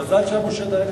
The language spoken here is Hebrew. מזל שמשה דיין,